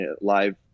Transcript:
live